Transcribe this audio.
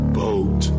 boat